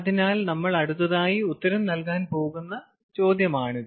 അതിനാൽ നമ്മൾ അടുത്തതായി ഉത്തരം നൽകാൻ പോകുന്ന ചോദ്യമാണിത്